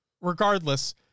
regardless